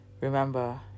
remember